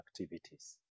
activities